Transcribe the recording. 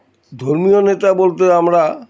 ধর্মীয় নেতা বলতে আমরা